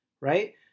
right